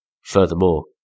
Furthermore